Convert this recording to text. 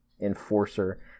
Enforcer